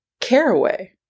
caraway